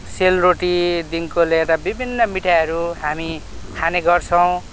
सेलरोटीदेखिको लिएर विभिन्न मिठाईहरू हामी खाने गर्छौँ